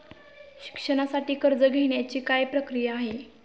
शिक्षणासाठी कर्ज घेण्याची काय प्रक्रिया आहे?